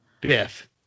Biff